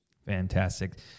Fantastic